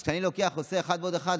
אז כשאני לוקח ועושה אחד ועוד אחד,